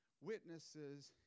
witnesses